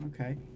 okay